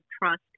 trust